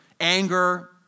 anger